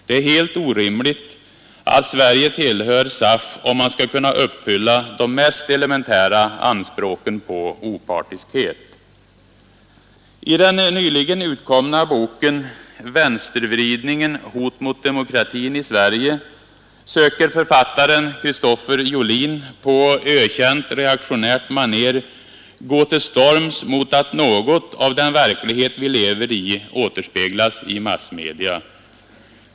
Det är helt orimligt att Sveriges Radio tillhör SAF om man skall kunna uppfylla de mest elementära anspråken på opartiskhet. I den nyligen utkomna boken ”Vänstervridning — hot mot demokratin i Sverige” söker författaren Christopher Jolin på ökänt reaktionärt manér gå till storms mot att något av den verklighet vi lever i återspeglas i massmedia.